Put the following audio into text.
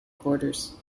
quarters